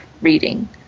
reading